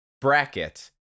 Bracket